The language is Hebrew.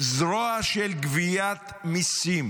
לזרוע של גביית מיסים?